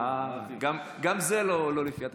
אה, גם זה לא לפי התקנון.